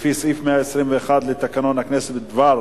לפי סעיף 121 לתקנון הכנסת, בדבר